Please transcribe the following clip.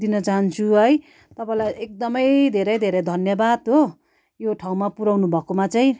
दिन चाहन्छु है तपाईँलाई एकदमै धेरै धेरै धन्यवाद हो यो ठाउँमा पुराउनु भएकोमा चाहिँ